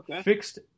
fixed